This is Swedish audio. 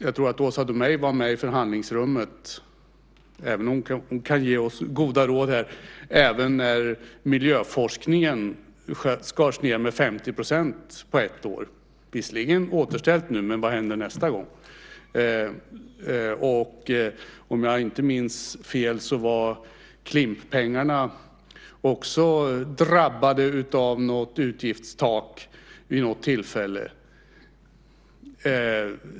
Jag tror att Åsa Domeij var i förhandlingsrummet - hon kan ge oss goda råd - även när anslaget till miljöforskningen skars ned 50 % på ett år. Det är visserligen återställt nu, men vad händer nästa gång? Om jag inte minns fel var Klimppengarna också drabbade av något utgiftstak vid något tillfälle.